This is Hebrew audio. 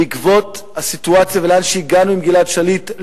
בעקבות הסיטואציה ולאן שהגענו עם גלעד שליט,